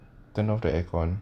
turn off the aircon